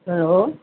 ஆ hello